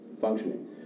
functioning